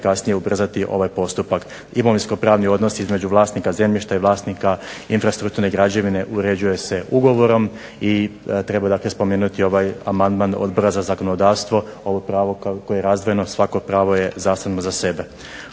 najefikasnije ubrzati ovaj postupak. Imovinsko pravni odnosi između vlasnika zemljišta i vlasnika infrastrukturne građevine uređuje se ugovorom i treba spomenuti ovaj amandman Odbora za zakonodavstvo ovo pravo koje je razdvojeno svako pravo je zasebno za sebe.